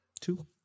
two